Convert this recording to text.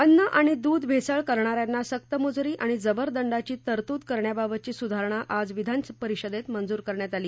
अन्न आणि दूध भेसळ करणा यांना सक्त मजूरी आणि जबर दंडाची तरतूद करण्याबाबतची सुधारणा आज विधानपरिषदेत मंजूर करण्यात आली